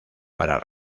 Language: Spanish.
para